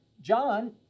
John